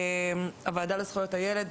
הוועדה לזכויות הילד,